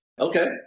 Okay